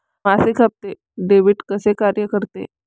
मासिक हप्ते, डेबिट कसे कार्य करते